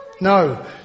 No